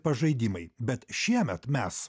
pažaidimai bet šiemet mes